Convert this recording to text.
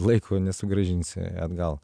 laiko nesugrąžinsi atgal